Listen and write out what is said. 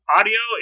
Audio